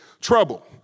trouble